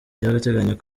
by’agateganyo